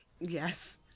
Yes